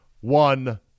one